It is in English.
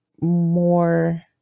more